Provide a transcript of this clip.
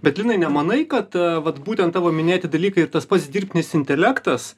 bet linai nemanai kad vat būtent tavo minėti dalykai ir tas pats dirbtinis intelektas